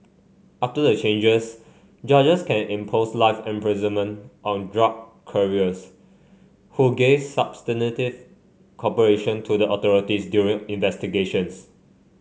after the changes judges can impose life imprisonment on drug couriers who gave substantive cooperation to the authorities during investigations